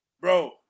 Bro